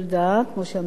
בעקבות העתירה